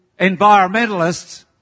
environmentalists